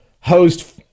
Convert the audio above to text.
host